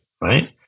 right